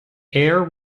air